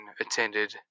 attended